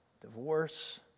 divorce